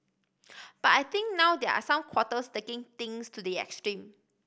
but I think now there are some quarters taking things to the extreme